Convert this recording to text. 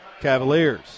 Cavaliers